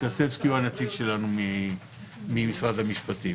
הנציג שלנו ממשרד המשפטים.